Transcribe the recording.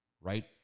right